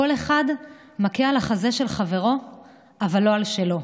כל אחד מכה על החזה של חברו אבל לא על שלו.